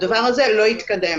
הדבר הזה לא התקדם.